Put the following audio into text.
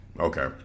Okay